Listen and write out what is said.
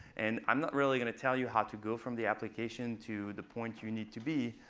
and i'm not really going to tell you how to go from the application to the point you need to be.